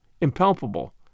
impalpable